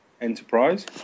enterprise